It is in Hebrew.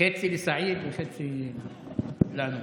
חצי לסעיד וחצי לנו.